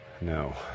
no